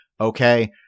okay